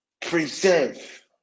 preserve